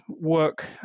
work